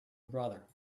brother